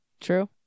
True